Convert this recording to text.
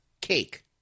cake